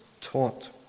taught